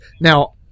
Now